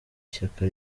ishyaka